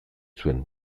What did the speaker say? zuen